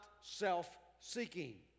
self-seeking